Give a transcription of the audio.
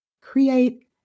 Create